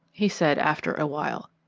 he said after a while.